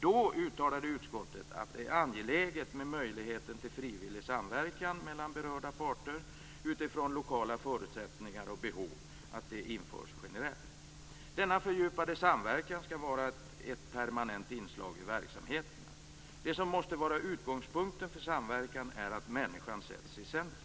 Då uttalade utskottet att det är angeläget att möjligheten till frivillig samverkan mellan berörda parter utifrån lokala förutsättningar och behov införs generellt. Denna fördjupade samverkan skall vara ett permanent inslag i verksamheterna. Det som måste vara utgångspunkten för samverkan är att människan sätts i centrum.